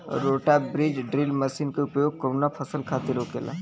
रोटा बिज drill machine के उपयोग कऊना फसल खातिर होखेला?